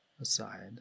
aside